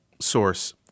Source